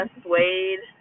suede